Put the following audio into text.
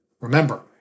Remember